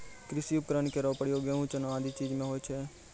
कृषि उपकरण केरो प्रयोग गेंहू, चना आदि चीज म होय छै